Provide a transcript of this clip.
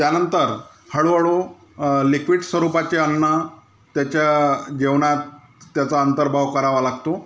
त्यानंतर हळूहळू लिक्वीड स्वरूपाचे अन्न त्याच्या जेवणात त्याचा अंतर्भाव करावा लागतो